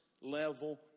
level